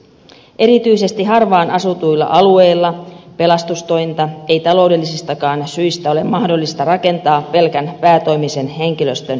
erityisesti harvaan asutuilla alueilla pelastustointa ei taloudellisistakaan syistä ole mahdollista rakentaa pelkän päätoimisen henkilöstön varaan